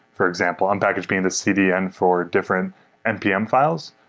for example, unpackage being the cdn for different npm files.